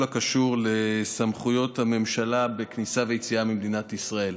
הקשור לסמכויות הממשלה בכניסה ויציאה ממדינת ישראל.